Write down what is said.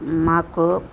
నాకు